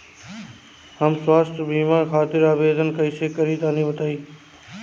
हम स्वास्थ्य बीमा खातिर आवेदन कइसे करि तनि बताई?